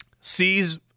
sees